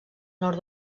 nord